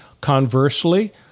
Conversely